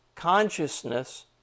consciousness